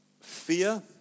Fear